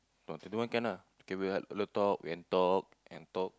ah twenty one can lah we can talk and talk and talk